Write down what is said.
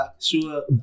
Sure